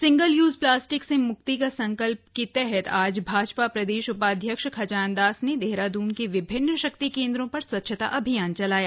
single use plastic से मुक्ति का संकल्प के तहत आज भाजपा प्रदेश उपाध्यक्ष खजानदास ने देहरादून के विभिन्न शक्ति केन्द्रों पर स्वच्छता अभियान चलाया